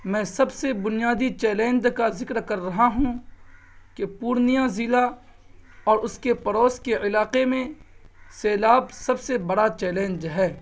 میں سب سے بنیادی چیلنج کا ذکر کر رہا ہوں کہ پورنیہ ضلع اور اس کے پڑوس کے علاقے میں سیلاب سب سے بڑا چیلنج ہے